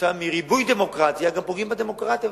כתוצאה מריבוי דמוקרטיה גם פוגעים בדמוקרטיה,